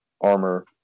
armor